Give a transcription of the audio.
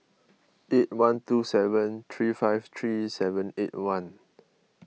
eight one two seven three five three seven eight one